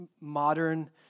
modern